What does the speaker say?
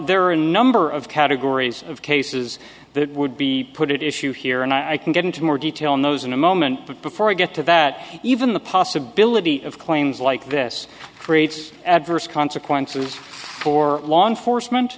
there are a number of categories of cases that would be put issue here and i can get into more detail on those in a moment but before i get to that even the possibility of claims like this creates adverse consequences for law enforcement